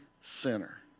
center